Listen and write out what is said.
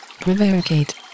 prevaricate